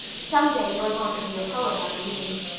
some day you are going to be a poet, i believe.